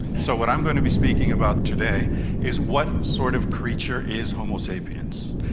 so what i'm going to be speaking about today is what sort of creature is homo sapiens.